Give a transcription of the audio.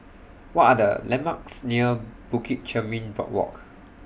What Are The landmarks near Bukit Chermin Boardwalk